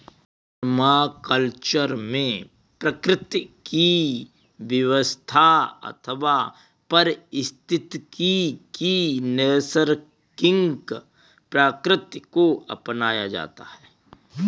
permaculture में प्रकृति की व्यवस्था अथवा पारिस्थितिकी की नैसर्गिक प्रकृति को अपनाया जाता है